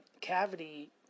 cavity